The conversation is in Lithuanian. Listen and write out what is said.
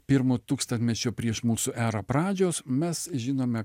pirmo tūkstantmečio prieš mūsų erą pradžios mes žinome